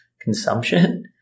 consumption